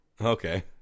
Okay